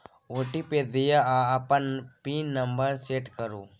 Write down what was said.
OTP दियौ आ अपन पिन नंबर सेट करु